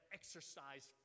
exercise